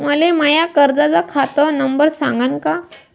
मले माया कर्जाचा खात नंबर सांगान का?